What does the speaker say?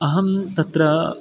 अहं तत्र